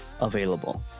available